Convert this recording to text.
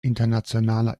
internationaler